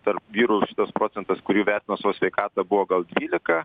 tarp vyrų šitas procentas kur įvertino savo sveikatą buvo gal dvylika